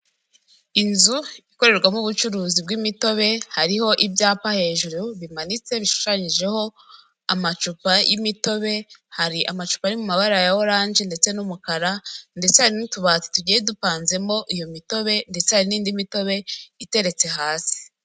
Inzu ikorerwamo ubucuruzi bw'imitobe hariho ibyapa hejuru bimanitse bishushanyijeho amacupa y'imitobe, hari amacupa ari mu mabara ya oranje ndetse n'umukara ndetse hari n'utubati tugiye dupanzemo iyo mitobe ndetse hari n'indi mitobe iteretse hasi.